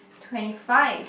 twenty five